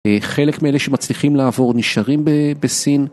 חלק מאלה שמצליחים לעבור נשארים בסין.